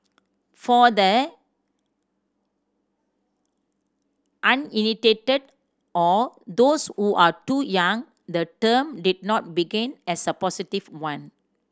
for the uninitiated or those who are too young the term did not begin as a positive one